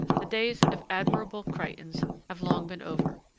the days of admirable crichtons have long been over,